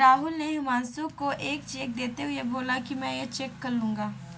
राहुल ने हुमांशु को एक चेक देते हुए बोला कि मैं ये चेक कल लूँगा